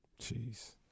Jeez